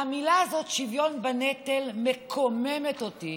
והמילים האלה, "שוויון בנטל", מקוממות אותי,